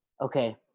Okay